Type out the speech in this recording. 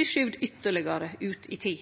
skyvd ytterlegare ut i tid.